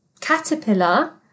caterpillar